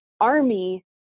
army